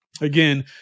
again